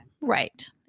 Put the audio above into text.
Right